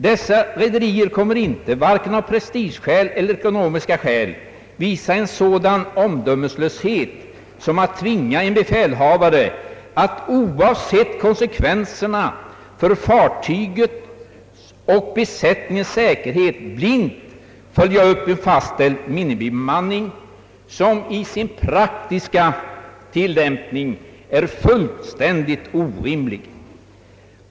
Dessa rederier kommer inte att vare sig av prestigeskäl eller ekonomiska skäl visa en sådan omdömeslöshet som att tvinga en befälhavare att oavsett konsekvenserna för fartygets och besättningens säkerhet blint följa upp en fastställd minimibemanning som i sin praktiska tillämpning är fullständigt orimlig.